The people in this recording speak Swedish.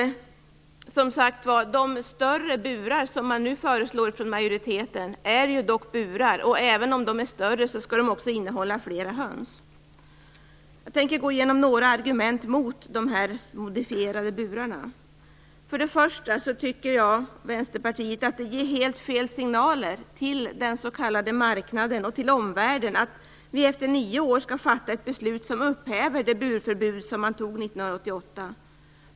De större burar som majoriteten nu föreslår är dock burar, och även om de är större skall de också innehålla flera höns. Jag tänker gå igenom några argument mot de modifierade burarna. För det första tycker Vänsterpartiet att det ger helt fel signaler till den s.k. marknaden och till omvärlden att vi efter nio år skall fatta ett beslut som upphäver det burförbud som man fattade beslut om 1988.